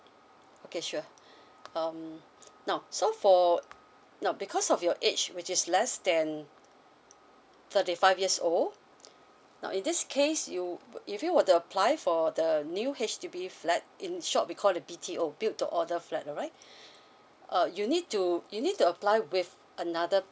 okay sure um now so for no because of your age which is less than thirty five years old now in this case if you were to apply for the new H_D_B flat in short we called it B_T_O build to order flat all right err you need to you need to apply with another